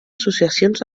associacions